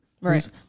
Right